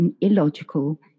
illogical